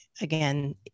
again